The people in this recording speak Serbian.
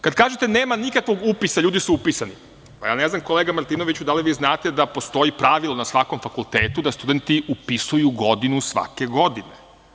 Kada kažete – nema nikakvog upisa ljudi su upisano, pa ja ne znam, kolega Martinoviću, da li vi znate da postoji pravilo na svakom fakultetu da studenti upisuju godinu svake godine.